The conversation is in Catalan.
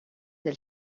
del